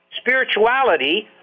Spirituality